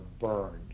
burned